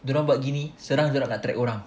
dorang buat gini senang nak track orang